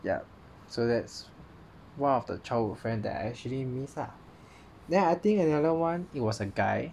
ya so that's one of the childhood friend that are actually miss lah then I think another one it was a guy